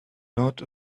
lot